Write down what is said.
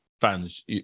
fans